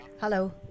Hello